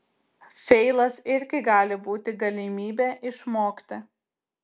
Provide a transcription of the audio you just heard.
feilas irgi gali būti galimybė išmokti